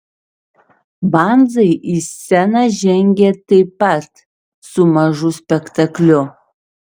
banzai į sceną žengė taip pat su mažu spektakliu